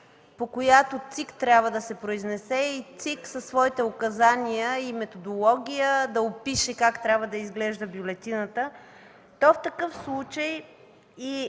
по която ЦИК трябва да се произнесе и тя със своите указания и методология да опише как трябва да изглежда бюлетината, то в такъв случай и